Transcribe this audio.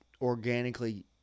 organically